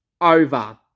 Over